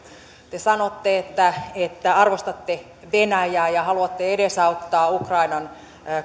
te sanotte että että arvostatte venäjää ja haluatte edesauttaa ukrainan